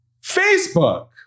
Facebook